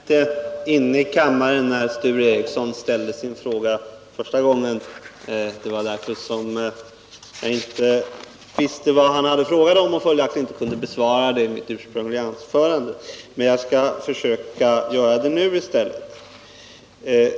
Herr talman! Jag var inte inne i kammaren när Sture Ericson ställde sin fråga första gången. Därför visste jag inte vad han frågade om, och följaktligen kunde jag inte svara i mitt ursprungliga anförande. Men jag skall försöka göra det nu i stället.